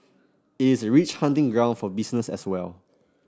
it is a rich hunting ground for business as well